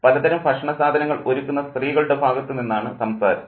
പലതരം ഭക്ഷണസാധനങ്ങൾ ഒരുക്കുന്ന സ്ത്രീകളുടെ ഭാഗത്തു നിന്നാണ് സംസാരം